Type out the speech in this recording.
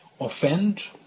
offend